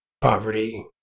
poverty